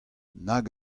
nag